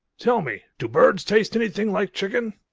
tell me, do birds taste anything like chicken?